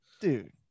dude